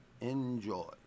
Enjoy